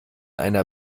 einer